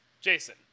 Jason